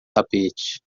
tapete